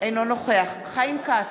אינו נוכח חיים כץ,